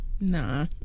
Nah